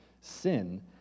sin